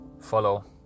Follow